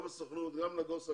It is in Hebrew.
גם נגוסה,